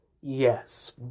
yes